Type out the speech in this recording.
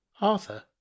Arthur